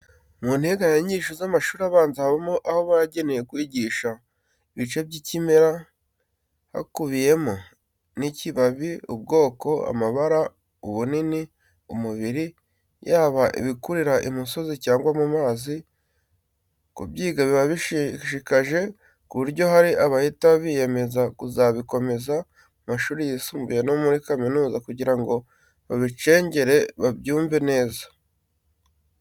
Mu nteganyanyigisho z'amashuri abanza, habamo aho bageneye kwigisha ibice by'ikimera hakubiyemo n'ikibabi, ubwoko, amabara, ubunini, umubiri, yaba ibikurira imusozi cyangwa mu mazi, kubyiga biba bishishikaje ku buryo hari abahita biyemeza kuzabikomeza mu mashuri yisumbuye no muri kaminuza kugira ngo babicengere babyumve neza.